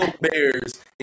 Bears